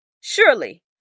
Surely